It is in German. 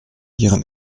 ihren